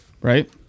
Right